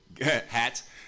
Hats